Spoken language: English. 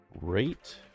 Rate